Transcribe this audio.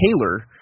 Taylor